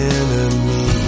enemy